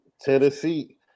Tennessee